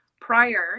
prior